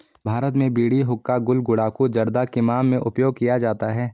भारत में बीड़ी हुक्का गुल गुड़ाकु जर्दा किमाम में उपयोग में किया जाता है